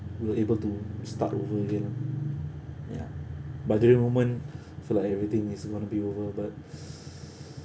we were able to start over again lah ya but that moment I feel like everything is going to be over but